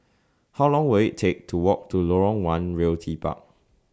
How Long Will IT Take to Walk to Lorong one Realty Park